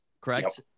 correct